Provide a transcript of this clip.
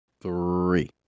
Three